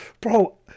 Bro